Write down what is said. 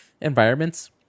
environments